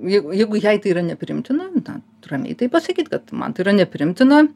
jeigu jeigu jai tai yra nepriimtina nu ta ramiai tai pasakyt kad man tai yra nepriimtina